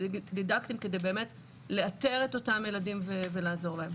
פסיכודידקטים כדי באמת לאתר את אותם ילדים ולעזור להם?